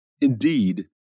Indeed